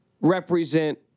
represent